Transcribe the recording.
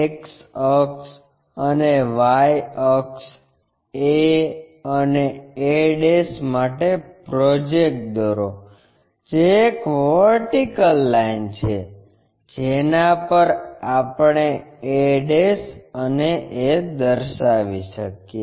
X અક્ષ અને Y અક્ષ a અને a માટે પ્રોજેક્ટર દોરો જે એક વર્ટિકલ લાઈન છે જેના પર આપણે a અને a દર્શાવી શકીએ